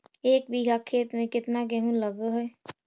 एक बिघा खेत में केतना गेहूं लग है?